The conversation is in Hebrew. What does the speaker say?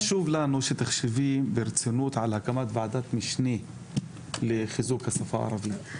חשוב לנו שתחשבי ברצינות על הקמת ועדת משנה לחיזוק השפה הערבית.